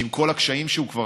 שעם כל הקשיים שכבר